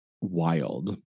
wild